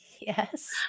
Yes